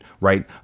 right